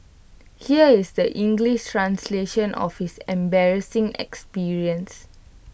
here is the English translation of his embarrassing experience